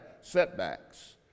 setbacks